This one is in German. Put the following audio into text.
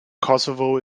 kosovo